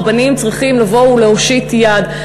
רבנים צריכים לבוא ולהושיט יד,